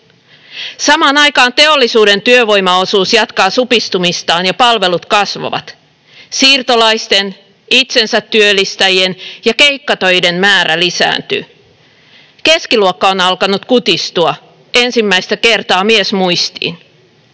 Samaan aikaan teollisuuden työvoimaosuus jatkaa supistumistaan ja palvelut kasvavat. Siirtolaisten, itsensätyöllistäjien ja keikkatöiden määrä lisääntyy. Keskiluokka on alkanut kutistua, ensimmäistä kertaa miesmuistiin.